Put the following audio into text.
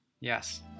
Yes